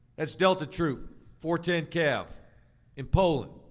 that's delta troop four ten cav in poland,